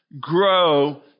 grow